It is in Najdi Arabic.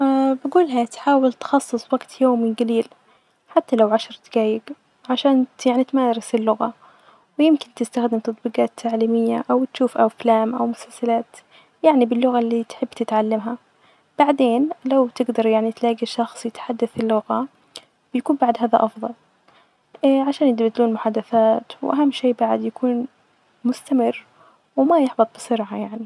أ بجول إنها تحاول تخصص وجت يومي جليل حتي لو عشر دجايج عشان يعني تمارس اللغة، ويمكن تستخدم تطبيجات تعليمية ،أو تشوف أفلام ،أو مسلسلات، يعني باللغة اللي تحب تتعلمها، بعدين لو تجدر يعني تلاجي الشخص اللي يتحدث اللغة، بيكون بعد هذا أفظل، عشان يتبادلون المحادثات، وأهم شئ بعد يكون مستمر وما يحبط بسرعة يعني.